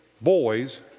boys